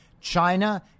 China